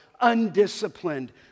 undisciplined